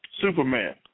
Superman